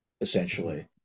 essentially